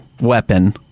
weapon